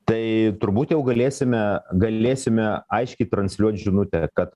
tai turbūt jau galėsime galėsime aiškiai transliuot žinutę kad